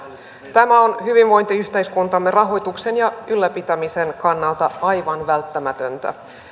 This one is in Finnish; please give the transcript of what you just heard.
tämä on hyvinvointiyhteiskuntamme rahoituksen ja ylläpitämisen kannalta aivan välttämätöntä